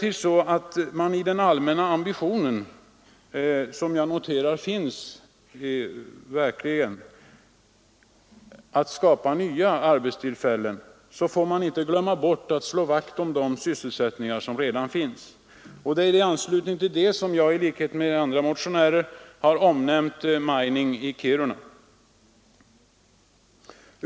I den allmänna ambitionen — och jag noterar att en sådan verkligen finns — att skapa nya arbetstillfällen får man inte glömma bort att slå vakt om den sysselsättning som redan finns. Det är i anslutning härtill som jag i likhet med andra motionärer har omnämnt Mining Transportation i Kiruna.